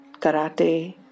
karate